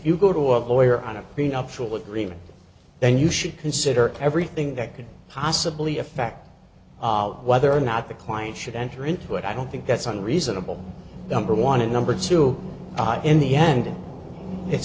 you go to of lawyer on a prenuptial agreement then you should consider everything that could possibly affect whether or not the client should enter into it i don't think that's an reasonable number one and number two in the end it's